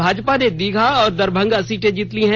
भाजपा ने दीघा और दरभंगा सीटें जीत ली हैं